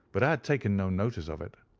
but i had taken no notice of it.